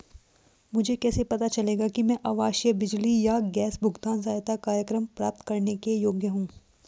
मुझे कैसे पता चलेगा कि मैं आवासीय बिजली या गैस भुगतान सहायता कार्यक्रम प्राप्त करने के योग्य हूँ?